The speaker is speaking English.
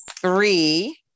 three